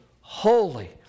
holy